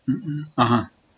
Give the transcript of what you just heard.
mmhmm (uh huh)